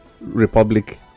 Republic